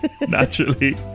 naturally